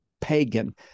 pagan